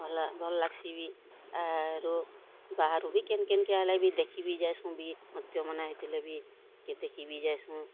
ଭ ଭଲ୍ ଲାଗ୍ସି ବି ଆରୁ ବାହାରୁ ବି କିନ୍ କିନ୍ କେ ଆଇଲେ ବି ଦେଖବି ଯାଇସୁଁ ବି ନୃତ୍ୟମାନ ହେଇଥିଲେ ବି କେତେ ଦେଖି ଯାଉସୁଁ